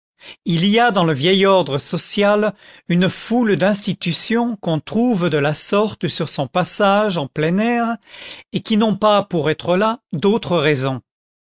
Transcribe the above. il y a dans le vieil ordre social une foule d'institutions qu'on trouve de la sorte sur son passage en plein air et qui n'ont pas pour être là d'autres raisons